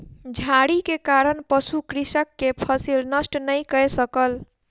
झाड़ी के कारण पशु कृषक के फसिल नष्ट नै कय सकल